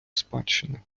спадщини